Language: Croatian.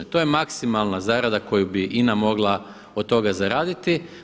To je maksimalna zarada koju bi INA mogla od toga zaraditi.